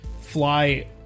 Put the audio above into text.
fly